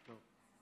טוב.